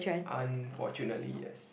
unfortunately yes